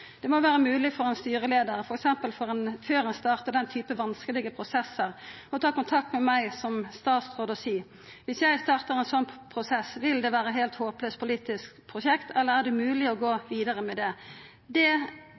Det må være mulig for en styreleder, f.eks. før en starter den typen vanskelige prosesser, å ta kontakt med meg som statsråd og si: Hvis jeg starter en sånn prosess, vil det være et helt håpløst politisk prosjekt, eller er det mulig å gå videre med det?